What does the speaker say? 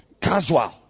casual